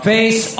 Face